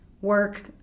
work